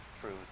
truth